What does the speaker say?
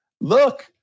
look